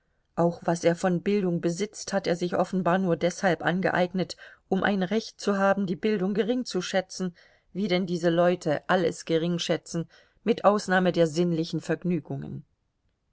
auch was er von bildung besitzt hat er sich offenbar nur deshalb angeeignet um ein recht zu haben die bildung gering zu schätzen wie denn diese leute alles gering schätzen mit ausnahme der sinnlichen vergnügungen